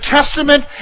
Testament